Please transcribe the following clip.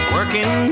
Working